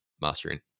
mastering